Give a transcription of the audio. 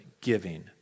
giving